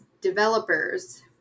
developers